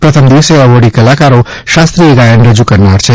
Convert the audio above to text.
પ્રથમ દિવસે એવોર્ડી કલાકારો શાસ્ત્રીય ગાયન રજુ કરનાર છે